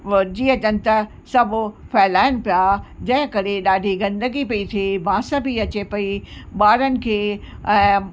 जीअ जंत सभु फ़हिलाइनि पिया जंहिं करे ॾाढी गंदगी पेई थिए बांस बि अचे पेई ॿारनि खे ऐं